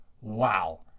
wow